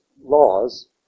laws